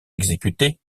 exécutés